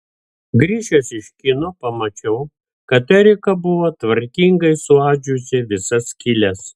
grįžęs iš kino pamačiau kad erika buvo tvarkingai suadžiusi visas skyles